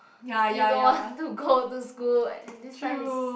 you don't want to go to school and this time is